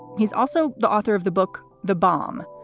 he's also the author of the book the bomb.